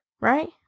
Right